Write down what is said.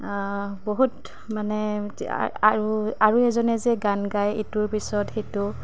বহুত মানে আৰু আৰু এজনে যে গান গায় ইটোৰ পিছত সিটো